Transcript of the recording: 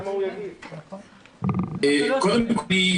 קודם כול,